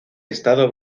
estado